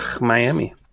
Miami